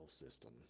system